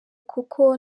kuko